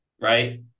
right